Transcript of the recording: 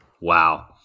Wow